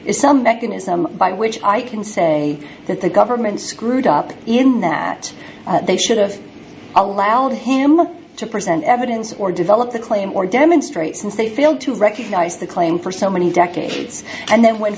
is some mechanism by which i can say that the government screwed up in that they should have allowed him to present evidence or develop the claim or demonstrate since they failed to recognize the claim for so many decades and then when